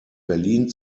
berlin